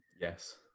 Yes